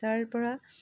তাৰ পৰা